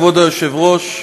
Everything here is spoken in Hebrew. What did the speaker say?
כבוד היושב-ראש,